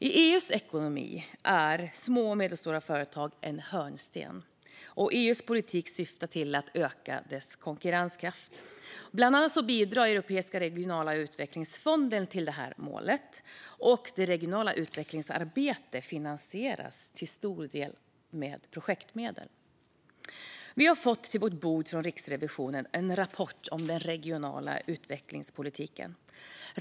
I EU:s ekonomi är små och medelstora företag en hörnsten, och EU:s politik syftar till att öka deras konkurrenskraft. Bland annat bidrar Europeiska regionala utvecklingsfonden till detta mål. Och det regionala utvecklingsarbetet finansieras till stor del med projektmedel. Vi har på vårt bord fått en rapport om den regionala utvecklingspolitiken från Riksrevisionen.